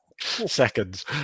seconds